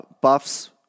Buffs